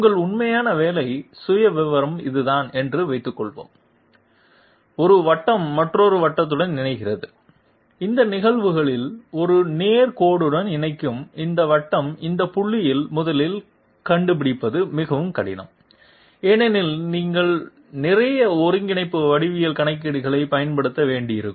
உங்கள் உண்மையான வேலை சுயவிவரம் இதுதான் என்று வைத்துக்கொள்வோம் ஒரு வட்டம் மற்றொரு வட்டத்துடன் இணைகிறது இந்த நிகழ்வுகளில் ஒரு நேர் கோடுடன் இணைக்கும் இந்த வட்டம் இந்த புள்ளிகளில் முதலில் கண்டுபிடிப்பது மிகவும் கடினம் ஏனெனில் நீங்கள் நிறைய ஒருங்கிணைப்பு வடிவியல் கணக்கீடுகளைப் பயன்படுத்த வேண்டியிருக்கும்